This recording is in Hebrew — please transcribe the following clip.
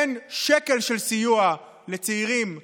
אין שקל של סיוע לצעירים בשכירות.